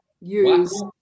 use